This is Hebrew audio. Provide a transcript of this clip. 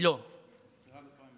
היא נבחרה בפריימריז.